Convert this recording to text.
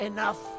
Enough